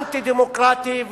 אנטי-דמוקרטי.